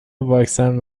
واکسن